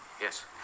Yes